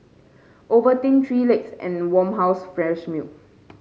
Ovaltine Three Legs and Farmhouse Fresh Milk